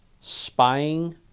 spying